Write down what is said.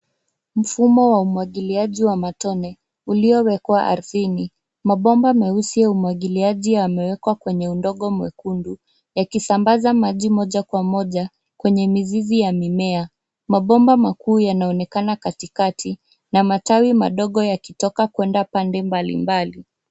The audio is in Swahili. Mfumo wa umwagiliaji wa matone uliowekwa ardhini. Mabomba meusi ya umwagiliaji yamewekwa kwenye udongo mwekundu yakisambaza maji moja kwa moja kwenye mizizi ya mimea. Mabomba makuu yanaonekana katikati na matawi madogo yakitoka kuenda pande mbalimbali.